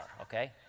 okay